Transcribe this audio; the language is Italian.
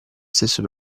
stesso